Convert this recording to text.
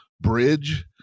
bridge